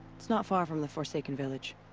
it's not far from the forsaken village.